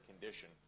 condition